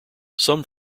some